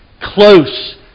close